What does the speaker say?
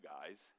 guys